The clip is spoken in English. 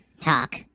talk